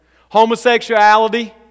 Homosexuality